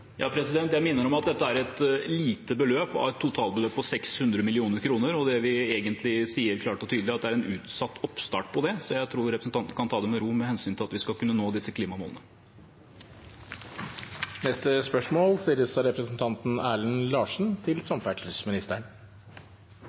Jeg minner om at dette er et lite beløp av et totalbeløp på 600 mill. kr. Det vi egentlig sier klart og tydelig, er at det er en utsatt oppstart på dette, så jeg tror representanten kan ta det med ro med hensyn til at vi skal kunne nå disse